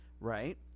right